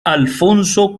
alfonso